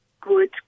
good